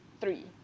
three